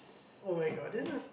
oh-my-god this is